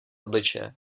obličeje